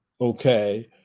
Okay